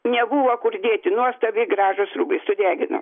nebuvo kur dėti nuostabiai gražūs rūbai sudegino